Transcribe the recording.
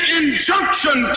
injunction